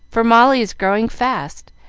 for molly is growing fast,